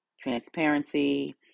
Transparency